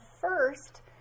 first